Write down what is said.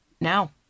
Now